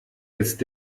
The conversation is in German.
jetzt